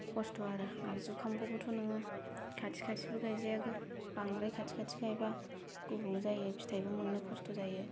खस्थ' आरो जुखामखौबोथ' नोङो खाथि खाथिबो गायजाया बांद्राय खाथि खाथि गायबा गुबुं जायो फिथायबो मोन्नो खस्थ' जायो